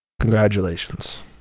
Congratulations